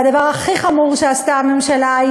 והדבר הכי חמור שעשתה הממשלה,